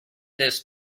this